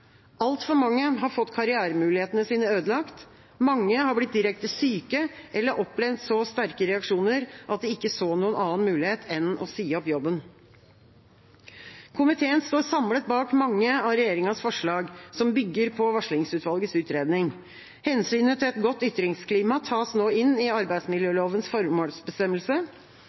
Altfor mange har fått karrieremulighetene sine ødelagt, mange har blitt direkte syke eller opplevd så sterke reaksjoner at de ikke har sett noen annen mulighet enn å si opp jobben. Komiteen står samlet bak mange av regjeringas forslag, som bygger på varslingsutvalgets utredning. Hensynet til et godt ytringsklima tas nå inn i arbeidsmiljølovens formålsbestemmelse.